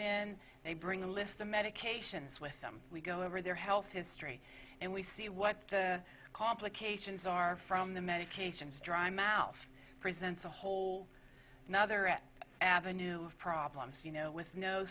in they bring a list of medications with them we go over their health history and we see what the complications are from the medications dry mouth presents a whole nother avenue of problems you know with no